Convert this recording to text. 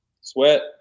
Sweat